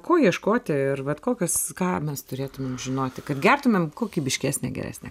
ko ieškoti ir vat kokias ką mes turėtume žinoti kad gertumėm kokybiškesnią geresnią